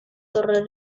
torre